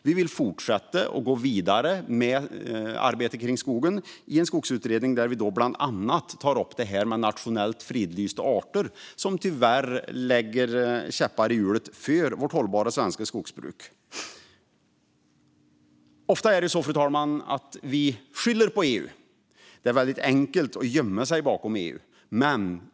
Vi vill gå vidare med arbetet vad gäller skogen i en skogsutredning som bland annat tar upp nationellt fridlysta arter, som tyvärr sätter käppar i hjulet för det hållbara svenska skogsbruket. Ofta är det så, fru talman, att vi skyller på EU. Det är väldigt enkelt att gömma sig bakom EU.